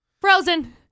frozen